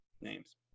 Names